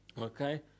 Okay